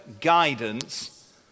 guidance